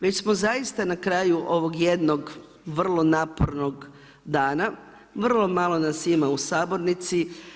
Već smo zaista na kraju ovog jednog vrlo napornog dana, vrlo malo nas ima u sabornici.